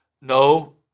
No